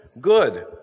Good